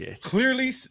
clearly